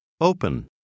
Open